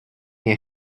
nie